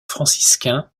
franciscain